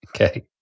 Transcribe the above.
Okay